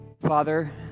Father